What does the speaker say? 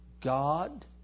God